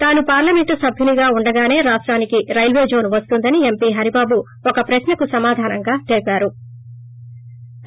తాను పార్లమెంట్ సభ్యుడిగా ఉండగానే రాష్టానికి రైల్వే జోన్ వస్తుందని ఎంపీ హరిబాబు ఒక ప్రశ్నకు సమాధానంగా తెలిపారు